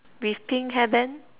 with pink hairband